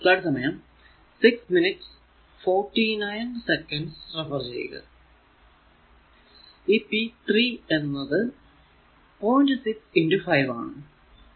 ഈ p 3 എന്നത് 0